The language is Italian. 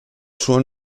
suo